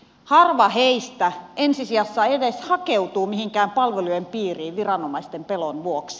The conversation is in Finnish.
harva heistä ensisijassa edes hakeutuu mihinkään palvelujen piiriin viranomaisten pelon vuoksi